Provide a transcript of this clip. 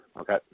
Okay